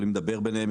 יכולים לדבר ביניהם?